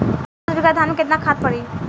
दस बिघा धान मे केतना खाद परी?